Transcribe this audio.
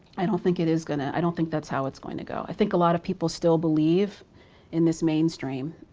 i don't think it is gonna, i don't think that's how it's going to go. i think a lot of people still believe in this mainstream.